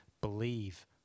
Believe